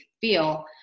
feel